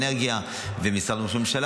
נציג משרד האנרגיה ונציג משרד ראש הממשלה.